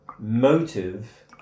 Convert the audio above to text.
motive